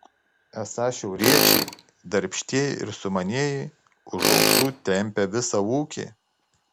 esą šiauriečiai darbštieji ir sumanieji už ausų tempią visą ūkį